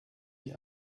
wie